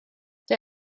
der